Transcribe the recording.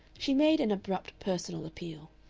she made an abrupt personal appeal.